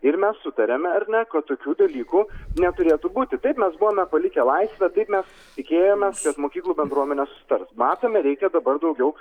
ir mes sutariame ar ne kad tokių dalykų neturėtų būti taip mes buvome palikę laisvę taip mes tikėjomės kad mokyklų bendruomenės sutars matome reikia dabar daugiau